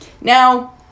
Now